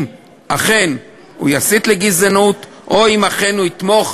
אם אכן הוא יסית לגזענות או אם אכן הוא יתמוך